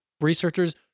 researchers